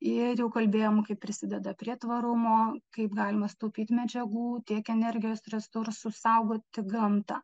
ir jau kalbėjom kaip prisideda prie tvarumo kaip galima sutaupyt medžiagų tiek energijos resursų saugoti gamtą